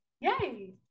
Yay